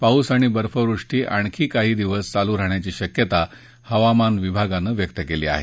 पाऊस आणि बर्फवृष्टी आणखी काही दिवस चालूच राहण्याची शक्यता हवामान विभागानं व्यक्त केली आहे